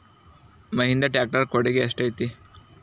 Mahindra tractor ಕೊಡುಗೆ ಎಷ್ಟು ಐತಿ?